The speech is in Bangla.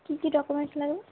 কী কী ডকুমেন্টস লাগবে